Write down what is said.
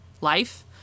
life